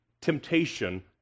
temptation